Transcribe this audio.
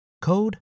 code